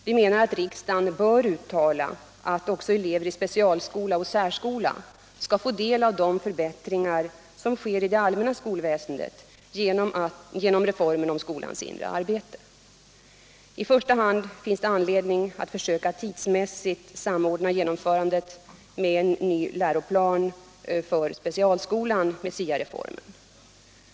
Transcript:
Vi menar att riksdagen bör uttala att också elever i specialskolan och särskolan skall få del av de förbättringar som sker i det allmänna skolväsendet genom reformen om skolans inre arbete. I första hand finns det anledning att försöka tidsmässigt samordna genomförandet av en ny läroplan för specialskolan med SIA-reformen.